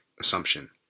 assumption